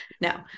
No